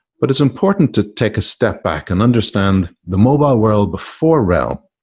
but it's important to take a step back and understand the mobile world before realm.